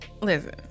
listen